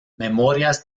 memorias